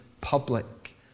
public